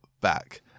back